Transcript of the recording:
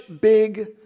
big